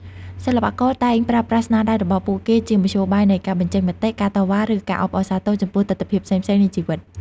សិល្បករតែងប្រើប្រាស់ស្នាដៃរបស់ពួកគេជាមធ្យោបាយនៃការបញ្ចេញមតិ ការតវ៉ា ឬការអបអរសាទរចំពោះទិដ្ឋភាពផ្សេងៗនៃជីវិត។